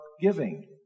giving